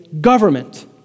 government